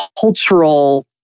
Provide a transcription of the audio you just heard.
cultural